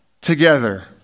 together